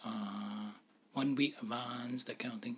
uh one week advance that kind of thing